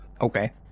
Okay